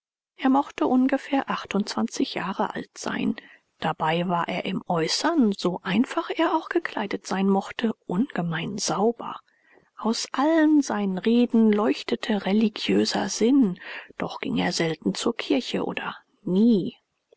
er mochte ungefähr achtundzwanzig jahre alt sein dabei war er im äußern so einfach er auch gekleidet sein mochte ungemein sauber aus allen seinen reden leuchtete religiöser sinn doch ging er selten zur kirche oder nie